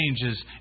changes